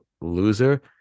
loser